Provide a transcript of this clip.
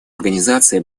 организации